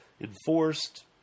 enforced